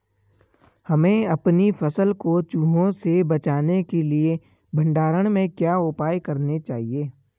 हमें अपनी फसल को चूहों से बचाने के लिए भंडारण में क्या उपाय करने चाहिए?